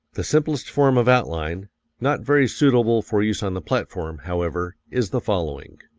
the simplest form of outline not very suitable for use on the platform, however is the following